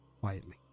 Quietly